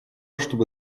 чтобы